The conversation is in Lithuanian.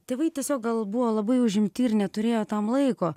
tėvai tiesiog gal buvo labai užimti ir neturėjo tam laiko